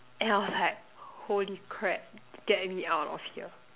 and I was like holy crap get me out of here